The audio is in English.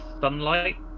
sunlight